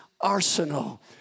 arsenal